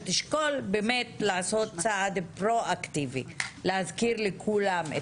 לעשות צעד פרואקטיבי להזכיר לכולם את